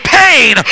pain